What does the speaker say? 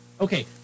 Okay